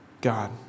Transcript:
God